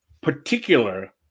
particular